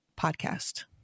podcast